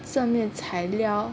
正面材料